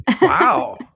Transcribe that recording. Wow